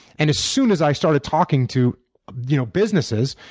and as soon as i started talking to you know businesses,